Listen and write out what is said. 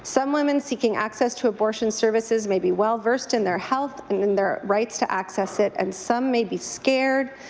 women seeking access to abortion services may be well versed in their health and in their rights to access it and some may be scared,